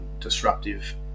disruptive